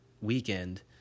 weekend